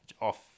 off